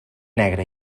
negre